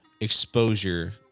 exposure